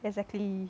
exactly